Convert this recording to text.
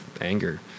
anger